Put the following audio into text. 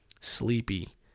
sleepy